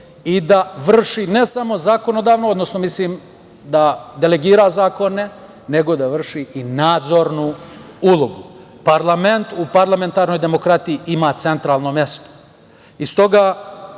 i da vrši ne samo zakonodavnu, odnosno da delegira zakone, nego da vrši i nadzornu ulogu. Parlament u parlamentarnoj demokratiji ima centralno mesto.